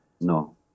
No